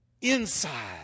inside